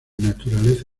naturaleza